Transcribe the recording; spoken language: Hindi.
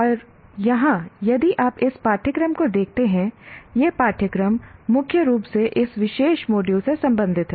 और यहाँ यदि आप इस पाठ्यक्रम को देखते हैं यह पाठ्यक्रम मुख्य रूप से इस विशेष मॉड्यूल से संबंधित है